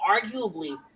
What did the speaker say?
arguably